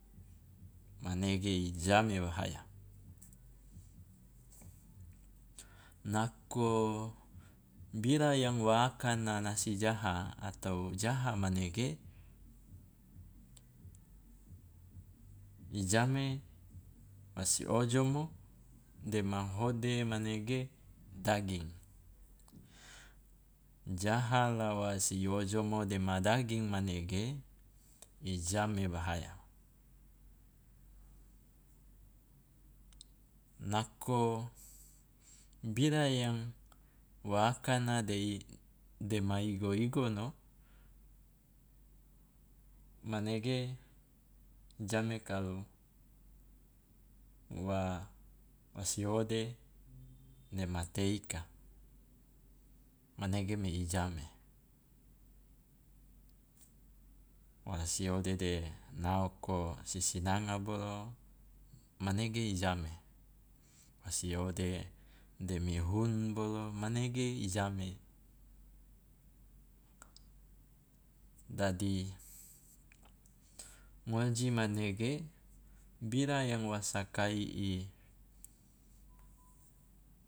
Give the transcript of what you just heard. Manege i jame bahaya. Nako bira yang wa akana nasi jaha atau jaha manege i jame wa si ojomo dema hode manege daging, jaha la wa si ojomo dema daging manege i jame bahaya. Nako bira yang wa akana de i dema igo- igono manege jame kalu wa wasi hode dema teh ika, manege me i jame, wa siode de naoko sisinanga bolo manege i jame, wa siode de mi hun bolo manege i jame. Dadi ngoji manege bira yang wa sakai i